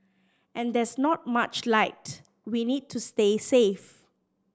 and there's not much light we need to stay safe